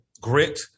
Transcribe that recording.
grit